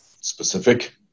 specific